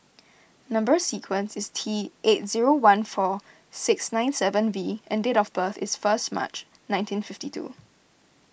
Number Sequence is T eight zero one four six nine seven V and date of birth is first March nineteen fifty two